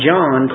John